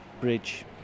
bridge